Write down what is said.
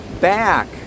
back